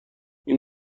این